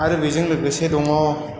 आरो बेजों लोगोसे दङ